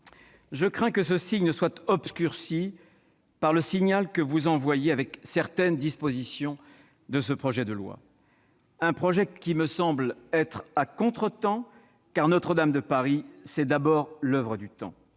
je crains que ce signe ne soit obscurci par le signal que vous envoyez avec certaines dispositions de ce projet de loi, un projet qui me semble à contretemps, car Notre-Dame de Paris est d'abord l'oeuvre du temps.